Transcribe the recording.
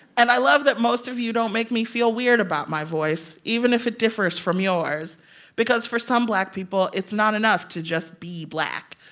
and i love that most of you don't make me feel weird about my voice, even if it differs from yours because for some black people, it's not enough to just be black.